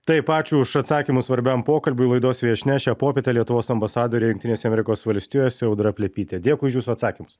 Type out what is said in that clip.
taip ačiū už atsakymus svarbiam pokalbiui laidos viešnia šią popietę lietuvos ambasadorė jungtinėse amerikos valstijose audra plepytė dėkui už jūsų atsakymus